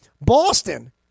Boston